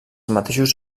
mateixos